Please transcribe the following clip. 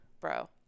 bro